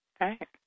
right